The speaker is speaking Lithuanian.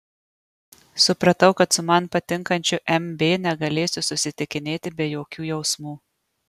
supratau kad su man patinkančiu m b negalėsiu susitikinėti be jokių jausmų